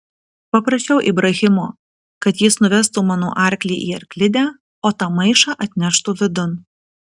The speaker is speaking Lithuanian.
paprašiau ibrahimo kad jis nuvestų mano arklį į arklidę o tą maišą atneštų vidun